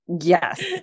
Yes